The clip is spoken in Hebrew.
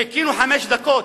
חיכינו חמש דקות.